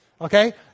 Okay